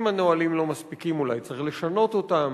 אם הנהלים לא מספיקים, אולי צריך לשנות אותם.